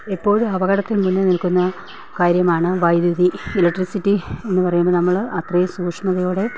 എപ്പോഴും അപകടത്തിൽ മുന്നിൽ നിൽക്കുന്ന കാര്യമാണ് വൈദ്യുതി ഇലക്ട്രിസിറ്റി എന്ന് പറയുമ്പോൾ നമ്മൾ അത്രയും സൂക്ഷ്മതയോടെ